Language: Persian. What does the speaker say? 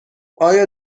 آیا